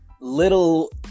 little